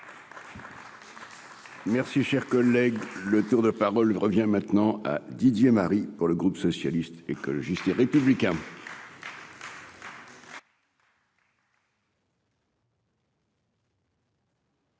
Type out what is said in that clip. Merci, cher collègue, le. Tours de parole revient maintenant Didier Marie pour le groupe socialiste. Et que le geste républicain.